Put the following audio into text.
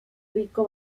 rico